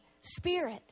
spirit